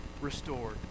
restored